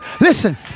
listen